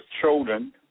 children